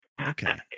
Okay